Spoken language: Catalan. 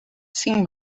cinc